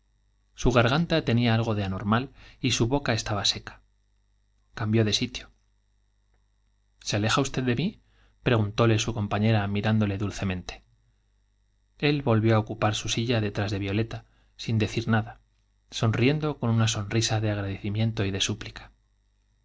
su garganta tenía algo de anormal y su boca estaba seca cambió de sitio se aleja v de mí prguntóle su compañera mirándole dulcemente él volvió á ocupar su silla detrás de violeta sin decir nada sonriendo con una sonrisa de agradeci miento y de súplica